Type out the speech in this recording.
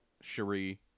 Cherie